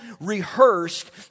rehearsed